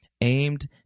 aimed